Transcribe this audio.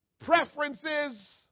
preferences